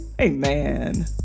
Amen